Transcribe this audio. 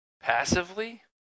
passively